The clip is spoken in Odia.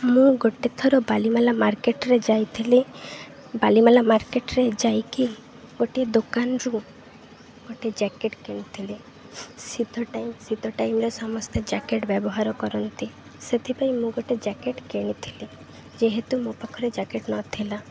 ମୁଁ ଗୋଟେ ଥର ବାଲିମେଳା ମାର୍କେଟ୍ରେ ଯାଇଥିଲି ବାଲିମେଳା ମାର୍କେଟ୍ରେ ଯାଇକି ଗୋଟିଏ ଦୋକାନରୁ ଗୋ ଗୋଟେ ଜ୍ୟାକେଟ୍ କିଣିଥିଲି ଶୀତ ଟାଇମ୍ ଶୀତ ଟାଇମ୍ରେ ସମସ୍ତେ ଜ୍ୟାକେଟ୍ ବ୍ୟବହାର କରନ୍ତି ସେଥିପାଇଁ ମୁଁ ଗୋଟେ ଜ୍ୟାକେଟ୍ କିଣିଥିଲି ଯେହେତୁ ମୋ ପାଖରେ ଜ୍ୟାକେଟ୍ ନଥିଲା